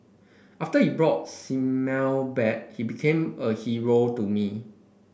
after he brought back he became a hero to me